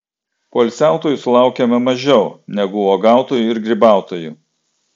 poilsiautojų sulaukiame mažiau negu uogautojų ir grybautojų